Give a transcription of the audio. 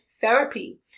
therapy